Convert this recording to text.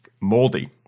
moldy